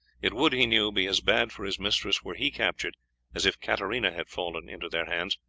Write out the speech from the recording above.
it would, he knew, be as bad for his mistress were he captured as if katarina had fallen into their hands,